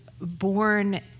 born